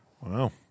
Wow